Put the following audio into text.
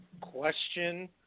question